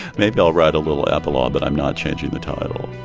maybe i'll write a little epilogue, but i'm not changing the title.